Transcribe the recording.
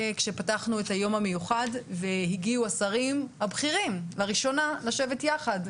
כשפתחנו את היום המיוחד והגיעו השרים הבכירים לראשונה לשבת יחד.